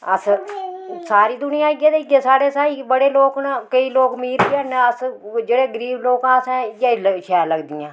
अस सारी दुनियां इ'यै जेही ऐ साढ़ै साईं बडे लोक न केईं लोक अमीर बी हैन अस जेह्ड़े गरीब लोक आं असें इ'यै शैल लगदियां